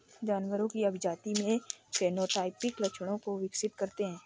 जानवरों की अभिजाती में फेनोटाइपिक लक्षणों को विकसित करते हैं